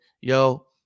Yo